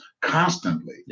constantly